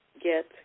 get